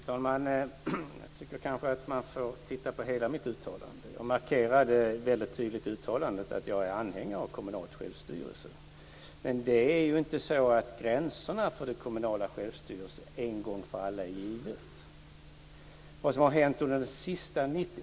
Fru talman! Jag tycker kanske att man ska titta på hela mitt uttalande. Jag markerade väldigt tydligt i uttalandet att jag är anhängare av kommunalt självstyre. Men det är ju inte så att gränserna för det kommunala självstyret en gång för alla är givna.